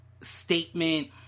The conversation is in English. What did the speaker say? statement